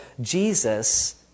Jesus